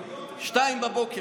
02:00,